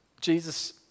Jesus